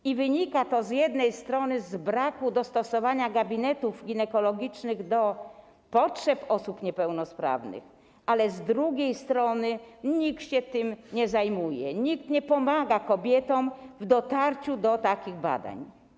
I z jednej strony wynika to z braku dostosowania gabinetów ginekologicznych do potrzeb osób niepełnosprawnych, ale z drugiej strony nikt się tym nie zajmuje, nikt nie pomaga kobietom w dotarciu do takich badań.